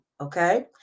okay